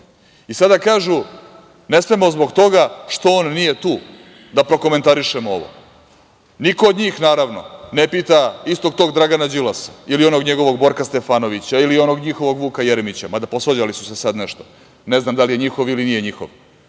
kažu, ne smemo zbog toga što on nije tu da prokomentarišemo ovo. Niko od njih, naravno, ne pita istog tog Dragana Đilasa, ili onog njegovog Borka Stefanovića, ili onog Vuka Jeremića, mada posvađali su se sad nešto, ne znam da li je njihov, ili nije njihov,